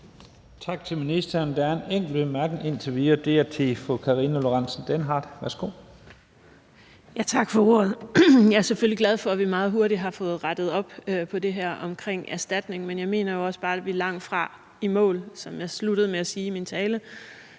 er til fru Karina Lorentzen Dehnhardt. Værsgo. Kl. 12:22 Karina Lorentzen Dehnhardt (SF): Tak for ordet. Jeg er selvfølgelig glad for, at vi meget hurtigt har fået rettet op på det her omkring erstatning, men jeg mener jo også bare, at vi langtfra er i mål, som jeg sluttede med at sige i min tale.